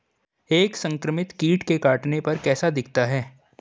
एक संक्रमित कीट के काटने पर कैसा दिखता है?